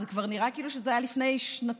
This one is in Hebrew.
זה כבר נראה כאילו שזה היה לפני שנתיים,